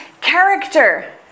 character